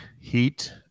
heat